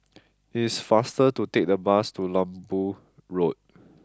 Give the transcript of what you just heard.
it is faster to take the bus to Lembu Road